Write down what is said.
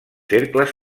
cercles